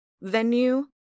venue